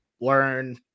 learn